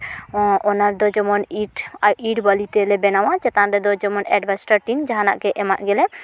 ᱚᱱᱟ ᱫᱚ ᱡᱮᱢᱚᱱ ᱤᱴ ᱤᱴ ᱵᱟᱞᱤ ᱛᱮᱞᱮ ᱵᱮᱱᱟᱣᱟ ᱪᱮᱛᱟᱱ ᱨᱮᱫᱚ ᱡᱮᱢᱚᱱ ᱮᱰᱵᱮᱥᱴᱟᱨ ᱴᱤᱱ ᱡᱟᱦᱟᱱᱟᱜ ᱜᱮ ᱮᱢᱟᱜ ᱜᱮᱞᱮ